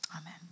Amen